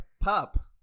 pup